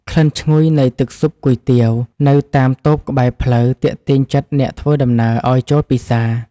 ក្លិនឈ្ងុយនៃទឹកស៊ុបគុយទាវនៅតាមតូបក្បែរផ្លូវ ទាក់ទាញចិត្តអ្នកធ្វើដំណើរឱ្យចូលពិសា។